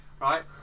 Right